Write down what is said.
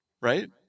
Right